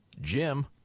Jim